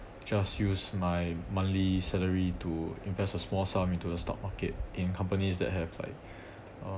just use my monthly salary to invest a small sum into the stock market in companies that have like uh